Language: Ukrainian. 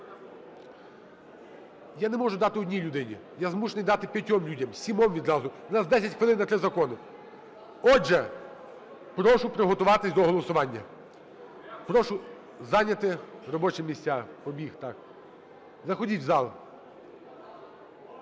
Я не можу дати одній людині, я змушений дати п'ятьом людям, сімом відразу, у нас 10 хвилин на три закони. Отже, прошу приготуватися до голосування. Прошу зайняти робочої місця. Заходіть в зал.